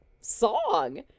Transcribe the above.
song